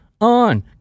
on